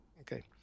Okay